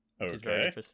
okay